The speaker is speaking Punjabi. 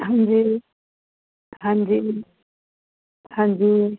ਹਾਂਜੀ ਜੀ ਹਾਂਜੀ ਜੀ ਹਾਂਜੀ ਜੀ